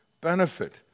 benefit